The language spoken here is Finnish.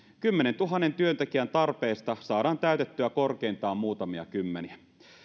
kymmenentuhannen työntekijän tarpeesta saadaan täytettyä korkeintaan muutamia kymmeniä